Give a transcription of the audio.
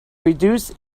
reduce